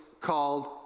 called